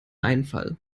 einfall